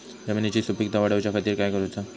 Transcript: जमिनीची सुपीकता वाढवच्या खातीर काय करूचा?